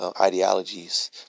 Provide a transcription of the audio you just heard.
ideologies